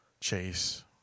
Chase